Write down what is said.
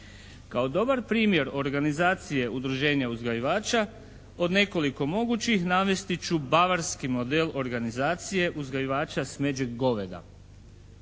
Kao dobar primjer organizacije udruženja uzgajivača, od nekoliko mogućih navesti ću bavarski model organizacije uzgajivača smeđeg goveda.